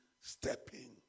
stepping